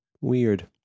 Weird